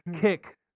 kick